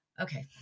okay